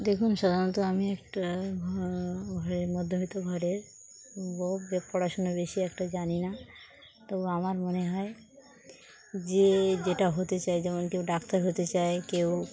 দেখুন সাধারণত আমি একটা ঘরের মধ্যবিত্ত ঘরের বউ যে পড়াশুনা বেশি একটা জানি না তবু আমার মনে হয় যে যেটা হতে চায় যেমন কেউ ডাক্তার হতে চায় কেউ